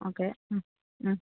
okay